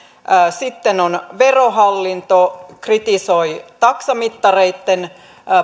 sitten verohallinto kritisoi taksamittareitten